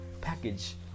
package